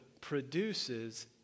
produces